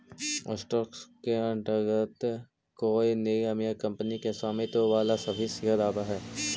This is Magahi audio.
स्टॉक के अंतर्गत कोई निगम या कंपनी के स्वामित्व वाला सभी शेयर आवऽ हइ